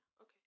Okay